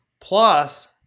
plus